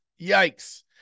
Yikes